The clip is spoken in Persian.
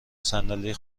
صندلی